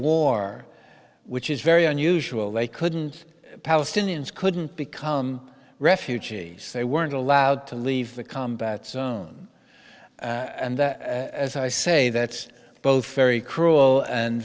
war which is very unusual they couldn't palestinians couldn't become refugees they weren't allowed to leave the combat zone and as i say that's both very cruel and